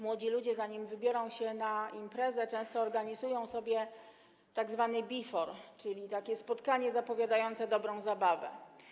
Młodzi ludzie, zanim wybiorą się na imprezę, często organizują sobie tzw. bifor, czyli takie spotkanie zapowiadające dobrą zabawę.